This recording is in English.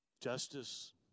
Justice